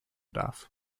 darf